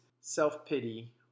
self-pity